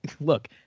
look